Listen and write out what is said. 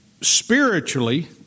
spiritually